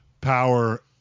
power